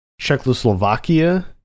Czechoslovakia